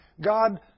God